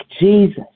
Jesus